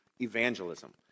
evangelism